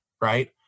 right